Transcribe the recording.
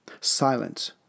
Silence